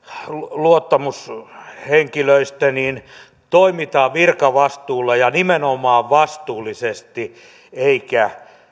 luottamushenkilöistä toimivat virkavastuulla ja nimenomaan vastuullisesti eikä